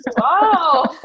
Wow